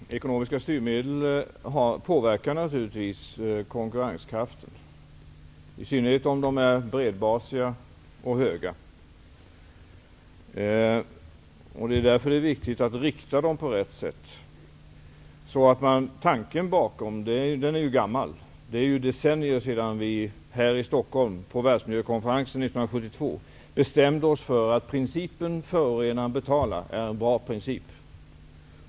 Herr talman! Ekonomiska styrmedel påverkar naturligtvis konkurrenskraften, i synnerhet om de är bredbasiga och omfattande. Därför är det viktigt att rikta dem på rätt sätt. Tanken bakom detta är gammal. Det är decennier sedan vi här i Stockholm, på världsmiljökonferensen 1972, bestämde oss för att principen förorena--betala är en bra princip.